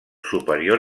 superior